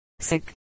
sick